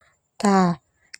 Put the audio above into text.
Ta.